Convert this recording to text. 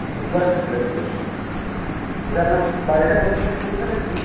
বুধবার বিকেলের দিকে আচ্ছা আপনার বাড়িটা কোথায় যেন বললেন একটু